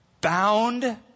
bound